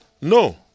no